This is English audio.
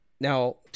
Now